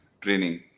training